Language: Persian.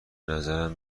نظرم